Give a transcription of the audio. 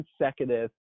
consecutive